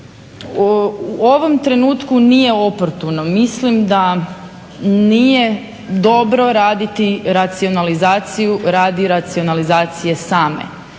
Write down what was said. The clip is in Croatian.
u ovom trenutku nije oportuno. Mislilm da nije dobro raditi racionalizaciju radi racionalizacije same.